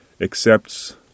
accepts